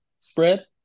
spread